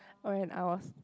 oh and I was